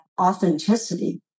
authenticity